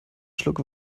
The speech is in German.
schluck